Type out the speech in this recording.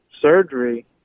surgery